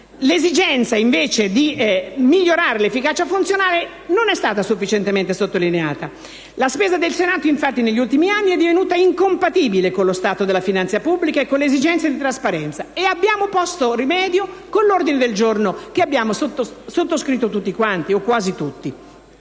l'esigenza di migliorare l'efficacia funzionale non è stata sufficientemente sottolineata. La spesa del Senato, infatti, negli ultimi anni è divenuta incompatibile con lo stato della finanza pubblica e con le esigenze di trasparenza e vi abbiamo posto rimedio con l'ordine del giorno che abbiamo sottoscritto tutti quanti o quasi tutti.